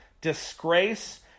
disgrace